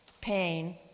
pain